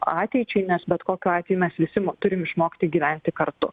ateičiai nes bet kokiu atveju mes visi turim išmokti gyventi kartu